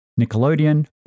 Nickelodeon